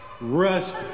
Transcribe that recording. Rest